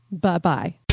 Bye-bye